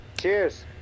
Cheers